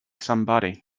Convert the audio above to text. somebody